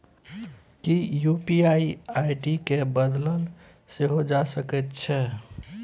कि UPI ID केँ बदलल सेहो जा सकैत छै?